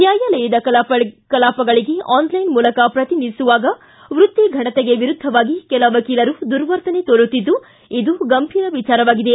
ನ್ಯಾಯಾಲಯದ ಕಲಾಪಗಳಿಗೆ ಆನ್ಲೈನ್ ಮೂಲಕ ಪ್ರತಿನಿಧಿಸುವಾಗ ವೃತ್ತಿ ಘನತೆಗೆ ವಿರುದ್ಧವಾಗಿ ಕೆಲ ವಕೀಲರು ದುರ್ವರ್ತನೆ ತೋರುತ್ತಿದ್ದು ಇದು ಗಂಭೀರ ವಿಚಾರವಾಗಿದೆ